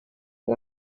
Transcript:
and